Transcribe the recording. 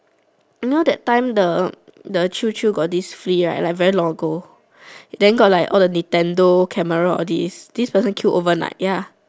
you know that time the the Qiu-Qiu got this flea right like very long ago then got like all the Nintendo camera all these these person queue overnight